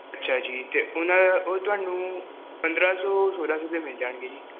ਅੱਛਾ ਜੀ ਅਤੇ ਉਹਨਾਂ ਉਹ ਤੁਹਾਨੂੰ ਪੰਦਰਾਂ ਸੌ ਸੌਲਾਂ ਸੌ ਦੇ ਮਿਲ ਜਾਣਗੇ ਜੀ